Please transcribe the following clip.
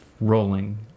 rolling